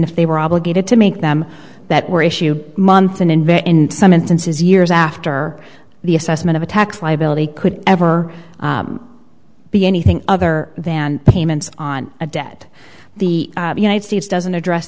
if they were obligated to make them that were issued months and invest in some instances years after the assessment of a tax liability could ever be anything other than payments on a debt the united states doesn't address